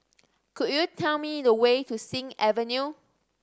could you tell me the way to Sing Avenue